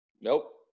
Nope